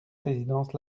résidence